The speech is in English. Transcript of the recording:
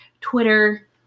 Twitter